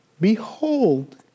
behold